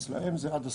אצלם זה עד הסוף.